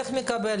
איך מקבל,